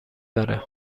بره